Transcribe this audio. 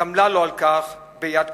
גמלה לו על כך ביד קשה.